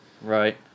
Right